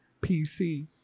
PC